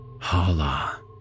Hala